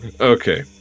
Okay